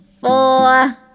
four